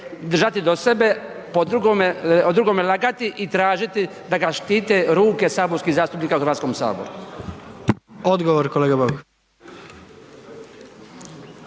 držati do sebe, o drugome lagati i tražiti da ga štite ruke saborskih zastupnika u Hrvatskom saboru. **Jandroković,